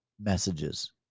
messages